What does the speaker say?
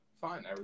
Fine